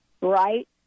right